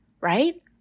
right